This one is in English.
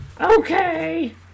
okay